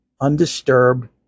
undisturbed